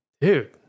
Dude